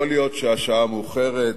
יכול להיות שהשעה המאוחרת,